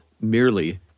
merely